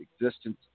existence